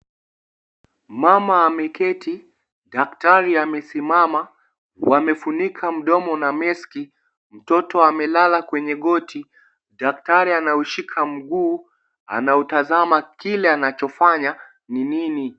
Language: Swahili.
Mama ameketi daktari amesimama wamefunika mdomo na meski mtoto amelala kwenye goti daktari anaushika mguu anautazama kile anachofanya ni nini.